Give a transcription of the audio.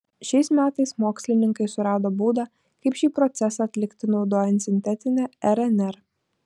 šiais metais mokslininkai surado būdą kaip šį procesą atlikti naudojant sintetinę rnr